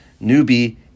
newbie